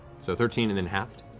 so thirteen, and then halved.